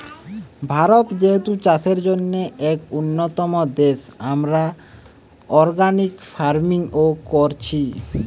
ভারত যেহেতু চাষের জন্যে এক উন্নতম দেশ, আমরা অর্গানিক ফার্মিং ও কোরছি